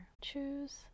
choose